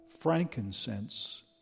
frankincense